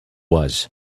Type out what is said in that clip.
was